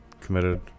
committed